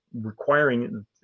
requiring